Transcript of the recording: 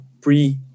pre